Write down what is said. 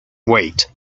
wait